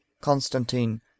Constantine